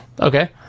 okay